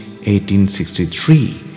1863